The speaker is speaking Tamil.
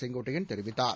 செங்கோட்டையன் தெரிவித்தார்